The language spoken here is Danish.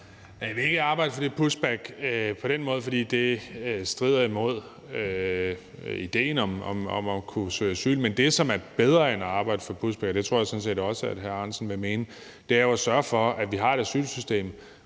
jeg vil ikke arbejde for det push back på den måde, fordi det strider imod idéen om at kunne søge asyl. Men det, som er bedre end at arbejde for en bush back – og det tror jeg sådan set også at hr. Alex Ahrendtsen vil mene – er jo at sørge for, at vi har et asylsystem,